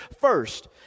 first